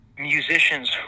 musicians